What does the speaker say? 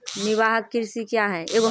निवाहक कृषि क्या हैं?